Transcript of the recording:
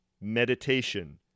meditation